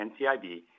NCIB